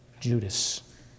Judas